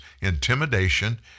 intimidation